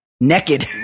Naked